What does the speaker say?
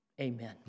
Amen